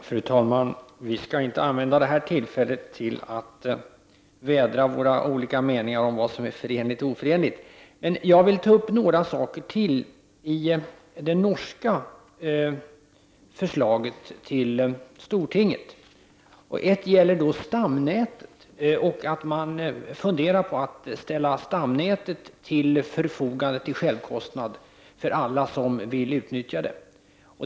Fru talman! Vi skall inte använda det här tillfället till att vädra våra olika meningar om vad som är förenligt och oförenligt. Jag vill ta upp några frågor till. Det norska förslaget till stortinget gäller bl.a. stamnätet. Man funderar på att ställa stamnätet till förfogande till självkostnad för alla som vill utnyttja det.